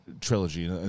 trilogy